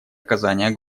оказания